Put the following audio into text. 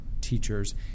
teachers